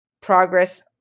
progress